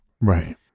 Right